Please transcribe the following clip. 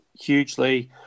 hugely